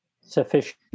sufficient